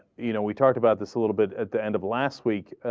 you know we talk about this a little bit at the end of last week ah.